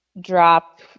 drop